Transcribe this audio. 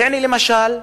בענה, למשל,